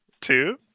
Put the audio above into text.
two